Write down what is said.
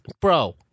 bro